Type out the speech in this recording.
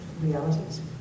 realities